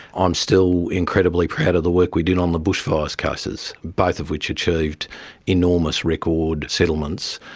ah i'm still incredibly proud of the work we did on the bushfires cases, both of which achieved enormous record settlements,